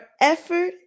effort